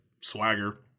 swagger